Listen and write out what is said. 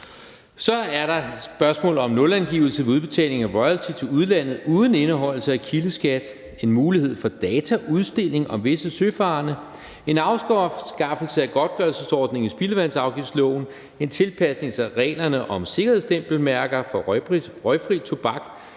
Så er der spørgsmål om nulangivelse ved udbetaling af royalty til udlandet uden indeholdelse af kildeskat, en mulighed for dataudstilling om visse søfarende, en afskaffelse af godtgørelsesordning i spildevandsafgiftsloven, en tilpasning af reglerne om sikkerhedsstempelmærker for røgfri tobak,